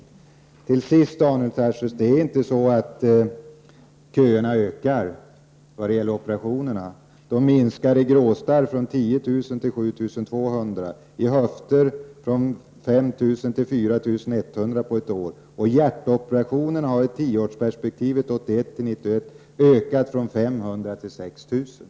Jag vill slutligen till Daniel Tarschys säga att köerna till operationer inte ökar. Kön till gråstarrsoperation minskade från 10 000 personer till 7 200 och till höftledsoperation från 5 000 personer och till 4 100 på ett år. Antalet hjärtoperationer har 1981-1991 ökat från 500 till 6 000.